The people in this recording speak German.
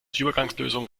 übergangslösung